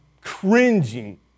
cringing